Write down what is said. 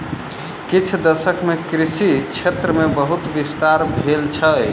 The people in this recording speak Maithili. किछ दशक मे कृषि क्षेत्र मे बहुत विस्तार भेल छै